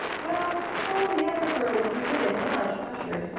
well, all the other girls who did it much ushered,